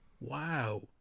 wow